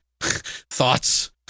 thoughts